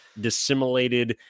dissimilated